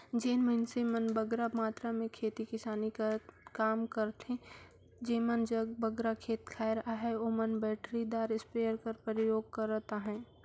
जेन मइनसे मन बगरा मातरा में खेती किसानी कर काम करथे जेमन जग बगरा खेत खाएर अहे ओमन बइटरीदार इस्पेयर कर परयोग करत अहें